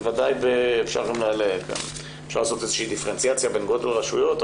בוודאי אפשר לעשות דיפרנציאציה על פי גודל רשויות,